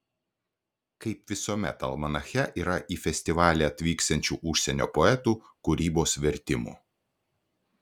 kaip visuomet almanache yra į festivalį atvyksiančių užsienio poetų kūrybos vertimų